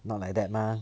not like that mah